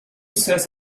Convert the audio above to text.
says